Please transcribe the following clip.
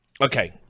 okay